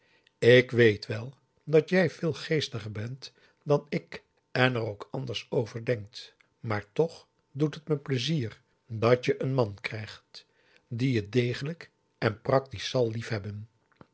ik weet wel dat jij veel geestiger bent dan ik en er ook anders over denkt maar toch doet het me pleizier p a daum de van der lindens c s onder ps maurits dat je een man krijgt die je degelijk en practisch zal liefhebben